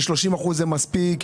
ש-30 אחוזים זה מספיק.